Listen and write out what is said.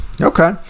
Okay